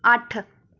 ਅੱਠ